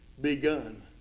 begun